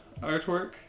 artwork